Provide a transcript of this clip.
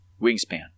wingspan